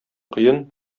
кыен